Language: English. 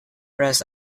rest